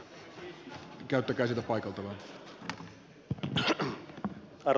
arvoisa puhemies